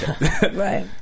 Right